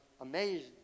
amazed